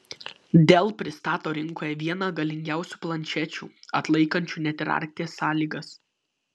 dell pristato rinkoje vieną galingiausių planšečių atlaikančių net ir arkties sąlygas